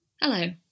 Hello